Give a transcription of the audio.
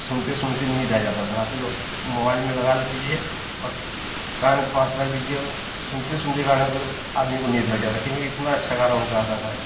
सुनते सुनते नींद आ जाता था राती को मोबाइल में लगा लीजिए और कान के पास रख दीजिए सुनते सुनते गाना को आदमी को नींद लग जाता क्योंकि इतना अच्छा गाना उनका आता था